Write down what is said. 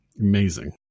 Amazing